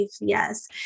yes